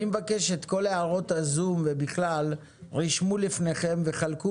אני מבקש את כל הערות הזום ובכלל רשמו לפניכם וחלקו